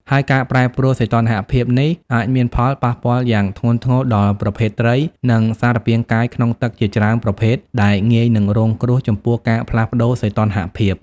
ហើយ ការប្រែប្រួលសីតុណ្ហភាពនេះអាចមានផលប៉ះពាល់យ៉ាងធ្ងន់ធ្ងរដល់ប្រភេទត្រី និងសារពាង្គកាយក្នុងទឹកជាច្រើនប្រភេទដែល ងាយនឹងរងគ្រោះ ចំពោះការផ្លាស់ប្តូរសីតុណ្ហភាព។